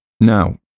Now